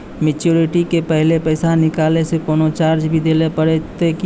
Maturity के पहले पैसा निकालै से कोनो चार्ज भी देत परतै की?